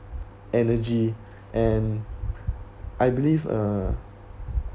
energy and I believe uh